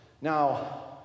Now